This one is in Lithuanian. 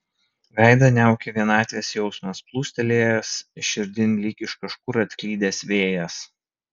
veidą niaukė vienatvės jausmas plūstelėjęs širdin lyg iš kažkur atklydęs vėjas